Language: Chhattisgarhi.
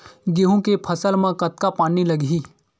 गेहूं के फसल म कतका पानी लगही?